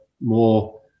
more